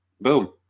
boom